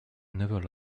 never